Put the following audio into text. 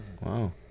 Wow